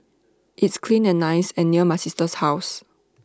it's clean and nice and near my sister's house